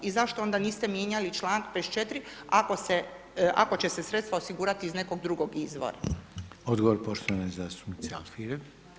I zašto onda niste mijenjali čl. 54. ako će se sredstva osigurati iz nekog drugog izvora?